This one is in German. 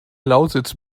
lausitz